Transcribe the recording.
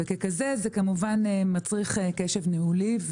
וככזה זה כמובן מצריך קשב ניהולי.